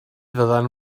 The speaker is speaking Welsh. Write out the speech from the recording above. fyddai